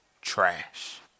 trash